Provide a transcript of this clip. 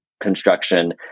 construction